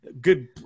Good